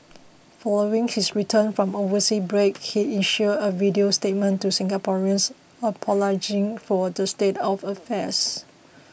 following his return from an overseas break he issued a video statement to Singaporeans apologising for the state of affairs